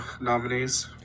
nominees